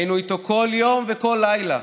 היינו איתו כל יום וכל לילה,